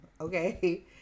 okay